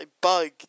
bug